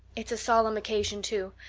it's a solemn occasion too.